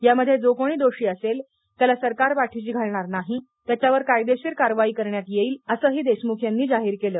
यामध्ये जो कोणी दोषी असेल त्याला सरकार पाठीशी घालणार नाही त्याच्यावर कायदेशीर कारवाई करण्यात येईल असेही देशमुख यांनी जाहीर केलं